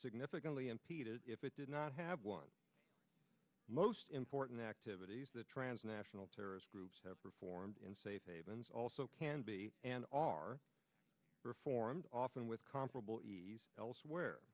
significantly impeded if it did not have one most important activities that transnational terrorist groups have performed in safe havens also can be and are reformed often with comparable elsewhere